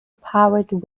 powered